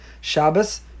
Shabbos